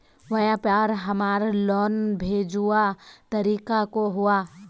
व्यापार हमार लोन भेजुआ तारीख को हुआ?